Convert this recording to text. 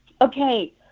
Okay